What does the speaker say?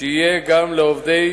שיהיה גם לעובדי